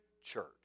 church